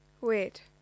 wait